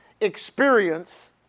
experience